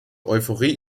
euphorie